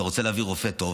אתה רוצה להביא רופא טוב,